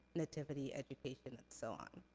nativity, education, and so on.